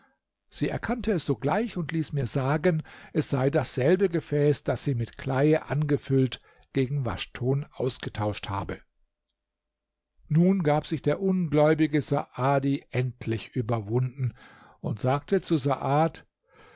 sie erkannte es sogleich und ließ mir sagen es sei dasselbe gefäß das sie mit kleie angefüllt gegen waschton ausgetauscht habe nun gab sich der ungläubige saadi endlich überwunden und sagte zu saad